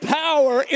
power